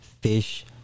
fish